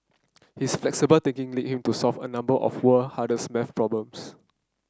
his flexible thinking lead him to solve a number of the world hardest maths problems